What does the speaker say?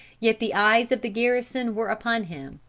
yet the eyes of the garrison were upon him.